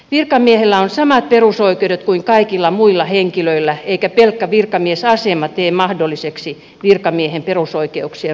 virkamiehellä on samat perusoikeudet kuin kaikilla muilla henkilöillä eikä pelkkä virkamiesasema tee mahdolliseksi virkamiehen perusoikeuksien rajoittamista